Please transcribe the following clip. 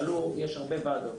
יש הרבה וועדות,